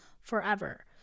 forever